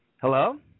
Hello